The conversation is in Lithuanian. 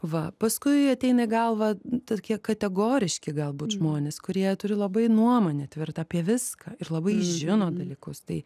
va paskui ateina į galvą tokie kategoriški galbūt žmonės kurie turi labai nuomonę tvirtą apie viską ir labai žino dalykus tai